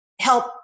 help